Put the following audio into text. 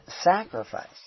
sacrifice